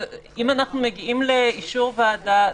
אם אנחנו מגיעים לאישור ועדה,